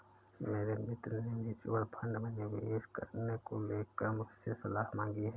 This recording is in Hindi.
मेरे मित्र ने म्यूच्यूअल फंड में निवेश करने को लेकर मुझसे सलाह मांगी है